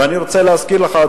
ואני רוצה להזכיר לך,